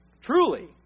Truly